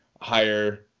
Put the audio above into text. higher